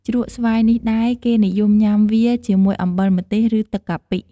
ជ្រក់ស្វាយនេះដែរ គេនិយមញុាំវាជាមួយអំបិលម្ទេស ឬ ទឹកកាពិ។